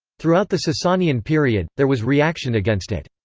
throughout the sasanian period, there was reaction against it.